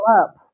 up